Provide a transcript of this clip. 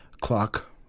clock